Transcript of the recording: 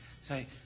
say